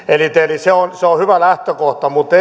eli se on se on hyvä lähtökohta mutta